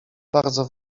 bardzo